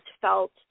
felt